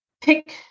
pick